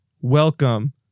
welcome